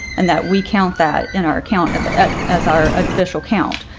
and that we count that in our account as as our ah initial count.